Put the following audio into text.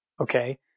okay